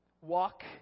Walk